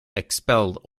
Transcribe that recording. expelled